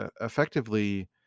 effectively